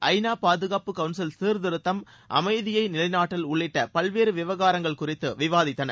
ஐநா பாதுகாப்பு கவுன்சில் சீர்திருத்தம் அமைதியை நிலைநாட்டல் உள்ளிட்ட பல்வேறு விவகாரங்கள் குறித்து விவாதித்தனர்